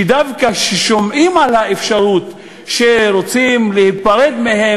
שכשהם שומעים על האפשרות שרוצים להיפרד מהם